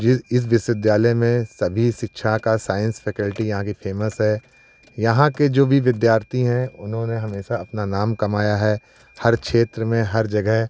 जिस इस विश्वविद्यालय में सभी शिक्षा का साइंस फैकल्टी यहाँ की फेमस है यहाँ के जो भी विद्यार्थी हैं उन्होंने हमेशा अपना नाम कमाया है हर क्षेत्र में हर जगह